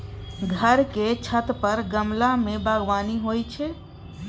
घर के छत पर गमला मे बगबानी होइ छै